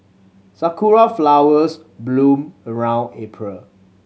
sakura flowers bloom around April